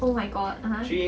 oh my god (uh huh)